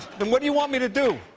then what do you want me to do?